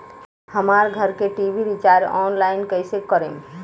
हमार घर के टी.वी रीचार्ज ऑनलाइन कैसे करेम?